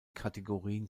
kategorien